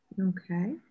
Okay